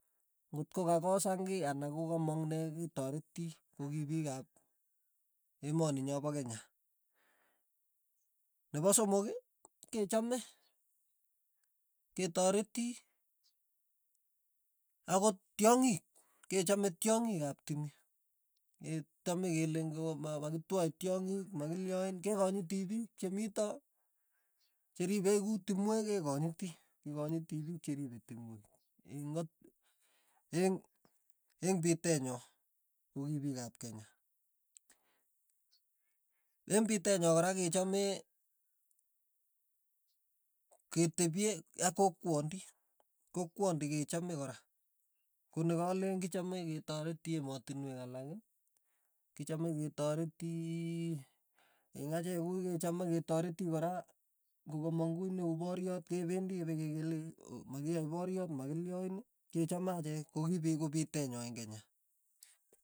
Ng'ot ko kakosan kei anan ko kamong ne ketareti ko ki piik ap emoni nyo pa kenya, nepo somok kechame ketareti akot tyongik, kecham etyongik ap tumi, ketame kele ng'o ma- makitwae tyongik maki lyoin, ke kanyiti piik chemito cheripe kuu tumwek kekonyiti, kekonyiti pik cheripe timwek, eng' ng'ot, eng' pitee nyo, kokipiik ap kenya, eng' pitee nyo kora kechame ketepi ak kokwandit, kokwandi kechame kora konikaleen kichame ketareti emotinwek alak kichame ketareti eng' acheke kuy kechame ketareti kora kong'omang kiy ne uu poryot kependi kipakele makiyae poryot, makilyoin, kechame achek kokipei kopite nyo eng' kenya.